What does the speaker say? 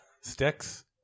sticks